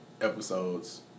episodes